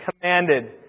commanded